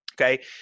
Okay